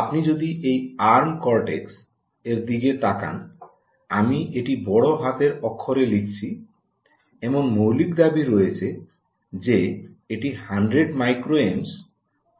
আপনি যদি এই আর্ম কর্টেক্স এর দিকে তাকান আমি এটি বড় হাতের অক্ষরে লিখছি এমন মৌলিক দাবি রয়েছে যে এটি 100 মাইক্রো অ্যাম্পের 𝛍A